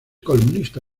columnista